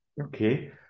okay